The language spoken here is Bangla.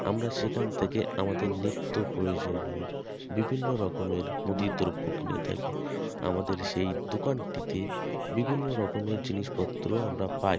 আমরা সেখান থেকে আমাদের নিত্য প্রয়োজনীয় বিভিন্ন রকমের মুদির দ্রব্য কিনে থাকি আমাদের সেই দোকানটিতে বিভিন্ন রকমের জিনিসপত্র আমরা পাই